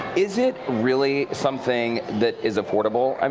is it really something that is affordable? um